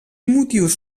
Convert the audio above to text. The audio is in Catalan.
motius